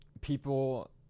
people